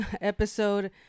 episode